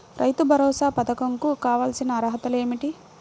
రైతు భరోసా పధకం కు కావాల్సిన అర్హతలు ఏమిటి?